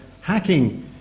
hacking